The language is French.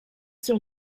sur